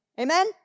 Amen